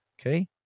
okay